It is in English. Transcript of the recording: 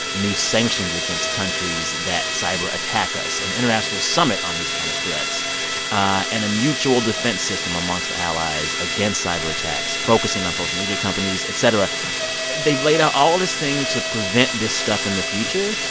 new sanctions against countries that cyberattack us, an international summit on these kind of threats and a mutual defense system amongst allies against cyberattacks, focusing on social media companies, etc they've laid out all of this thing to prevent this stuff in the future.